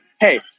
Hey